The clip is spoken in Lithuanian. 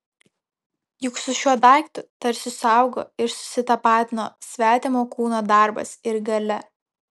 juk su šiuo daiktu tarsi suaugo ir susitapatino svetimo kūno darbas ir galia